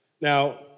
Now